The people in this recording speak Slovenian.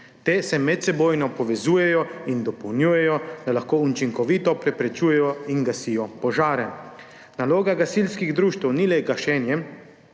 Te se medsebojno povezujejo in dopolnjujejo, da lahko učinkovito preprečujejo in gasijo požare. Naloga gasilskih društev ni le gašenje